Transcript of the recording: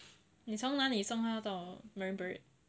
你从哪里送她到 marine parade